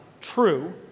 true